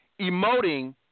emoting